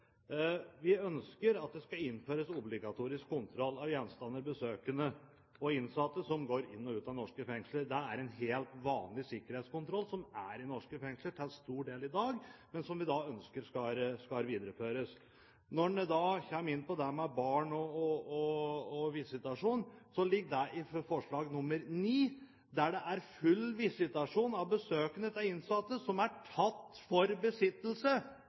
Vi ønsker at det skal innføres obligatorisk kontroll av gjenstander, besøkende og innsatte som går inn og ut av norske fengsler. Det er en helt vanlig sikkerhetskontroll som for en stor del er i norske fengsler i dag, men som vi ønsker skal videreføres. Når man kommer inn på barn og visitasjon, ligger det innenfor forslag nr. 9, som gjelder full visitasjon av besøkende til innsatte som er tatt for besittelse